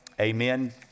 amen